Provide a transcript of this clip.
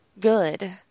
good